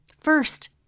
First